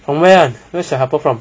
from where [one] where's your helper from